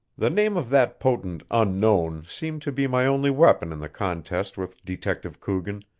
the name of that potent unknown seemed to be my only weapon in the contest with detective coogan,